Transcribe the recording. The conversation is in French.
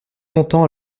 longtemps